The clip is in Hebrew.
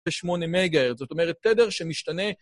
ושמונה מגה-הרץ, זאת אומרת, תדר שמשתנה.